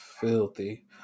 filthy